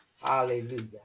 Hallelujah